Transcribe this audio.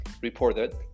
reported